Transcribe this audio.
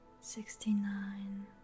sixty-nine